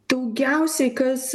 daugiausiai kas